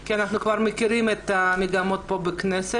כי אנחנו מכירים את המגמות פה בכנסת.